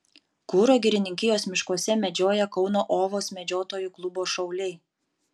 kuro girininkijos miškuose medžioja kauno ovos medžiotojų klubo šauliai